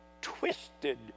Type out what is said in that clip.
twisted